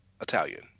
Italian